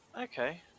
Okay